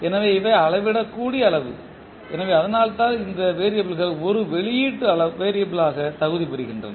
எனவே இவை அளவிடக்கூடிய அளவு எனவே அதனால் தான் இந்த வேறியபிள் கள் ஒரு வெளியீட்டு வேறியபிள்யாக தகுதி பெறுகின்றன